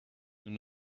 nous